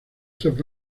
tres